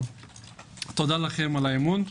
תודה לכם על האמון,